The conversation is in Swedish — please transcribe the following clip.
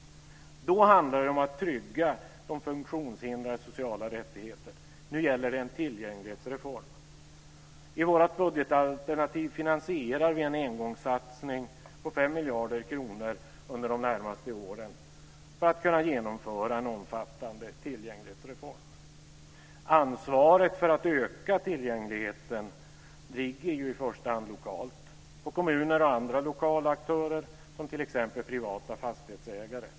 Då handlade det om att trygga de funktionshindrades sociala rättigheter. Nu gäller det en tillgänglighetsreform. I vårt budgetalternativ finansierar vi en engångssatsning på 5 miljarder kronor under de närmaste åren för att kunna genomföra en omfattande tillgänglighetsreform. Ansvaret för att öka tillgängligheten ligger i första hand på kommuner och andra lokala aktörer, som t.ex. privata fastighetsägare.